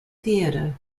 theatre